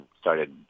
started